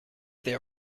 their